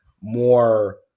more